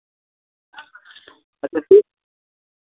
आ यहांँ अपना जानकी